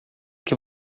que